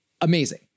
amazing